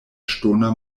ŝtona